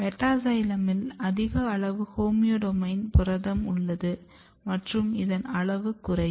மெட்டாசைலமில் அதிக அளவு ஹோமியோடொமைன் புரதம் உள்ளது மற்றும் இதன் அள்வு குறையும்